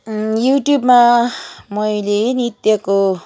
युट्युबमा मैले नृत्यको